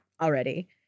already